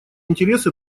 интересы